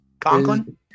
Conklin